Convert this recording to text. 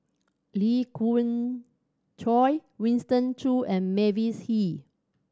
Lee Khoon Choy Winston Choos and Mavis Hee